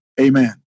Amen